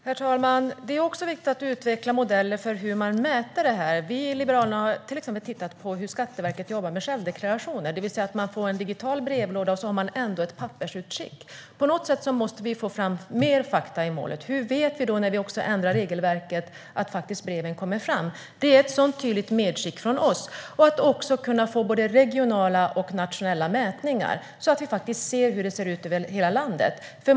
Herr talman! Det är också viktigt att utveckla modeller för hur man mäter dessa problem. Vi liberaler har till exempel tittat på hur Skatteverket jobbar med självdeklarationer, det vill säga en digital brevlåda och ett pappersutskick. På något sätt måste vi få fram mer fakta i målet. Hur vet vi att en ändring i regelverket gör att breven kommer fram? Det är ett tydligt medskick från oss. Det handlar om att göra både regionala och nationella mätningar så att det går att se hur det ser ut över hela landet.